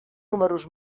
números